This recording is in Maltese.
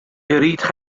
irid